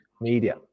media